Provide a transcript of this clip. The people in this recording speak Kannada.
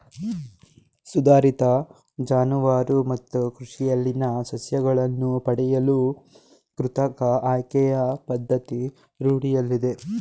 ಸುಧಾರಿತ ಜಾನುವಾರು ಮತ್ತು ಕೃಷಿಯಲ್ಲಿನ ಸಸ್ಯಗಳನ್ನು ಪಡೆಯಲು ಕೃತಕ ಆಯ್ಕೆಯ ಪದ್ಧತಿ ರೂಢಿಯಲ್ಲಿದೆ